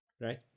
right